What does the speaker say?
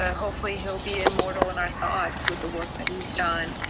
ah hopefully he'll be immortal in our thoughts with the work that he's done.